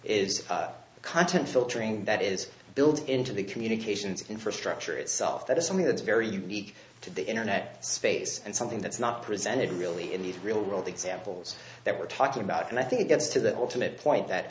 is the content filtering that is built into the communications infrastructure itself that is something that's very unique to the internet space and something that's not presented really in the real world examples that we're talking about and i think it gets to that ultimate point that